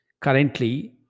currently